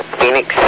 Phoenix